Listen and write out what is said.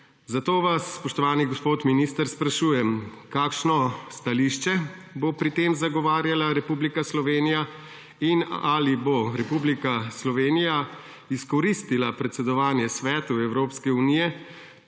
Zato vas, spoštovani gospod minister, sprašujem: Kakšno stališče bo pri tem zagovarjala Republika Slovenija? Ali bo Republika Slovenija izkoristila predsedovanje Svetu Evropske unije